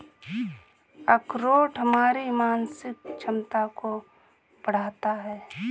अखरोट हमारी मानसिक क्षमता को बढ़ाता है